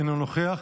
אינו נוכח,